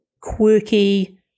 quirky